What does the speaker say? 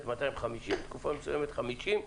עם 50 אנשים ובתקופה אחרת עם 250 איש,